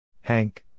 Hank